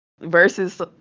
versus